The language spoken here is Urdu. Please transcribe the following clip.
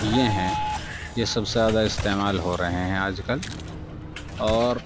یہ ہیں یہ سب سے زیادہ استعمال ہو رہے ہیں آج کل اور